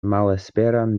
malesperan